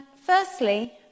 firstly